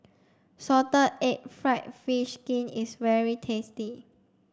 salted egg fried fish skin is very tasty